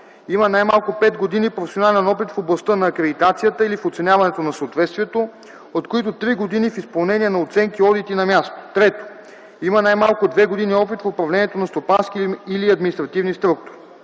има най-малко 5 години професионален опит в областта на акредитацията или в оценяването на съответствието, от които 3 години в изпълнение на оценки/одити на място; 3. има най-малко 2 години опит в управлението на стопански или административни структури;